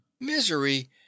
misery